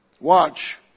Watch